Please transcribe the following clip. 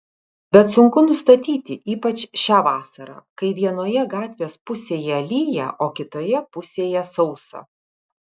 bet sunku nustatyti ypač šią vasarą kai vienoje gatvės pusėje lyja o kitoje pusėje sausa